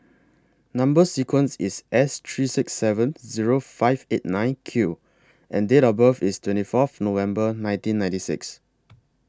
Number sequence IS S three six seven Zero five eight nine Q and Date of birth IS twenty Fourth November nineteen ninety six